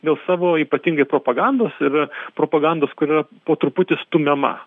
dėl savo ypatingai propagandos ir propagandos kur yra po truputį stumiama